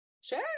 Sure